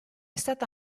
stata